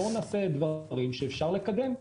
בואו נעשה דברים שאפשר לקדם.